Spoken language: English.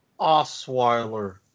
Osweiler